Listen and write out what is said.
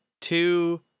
two